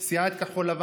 סיעת כחול לבן,